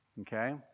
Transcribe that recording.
Okay